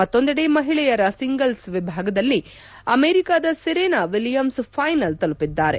ಮತ್ತೊಂದೆಡೆ ಮಹಿಳೆಯ ಸಿಂಗಲ್ಲ್ ವಿಭಾಗದಲ್ಲಿ ಅಮೆರಿಕದ ಸೆರೆನಾ ವಿಲಿಯಮ್ಲ್ ಫೈನಲ್ ತಲುಪಿದ್ದಾರೆ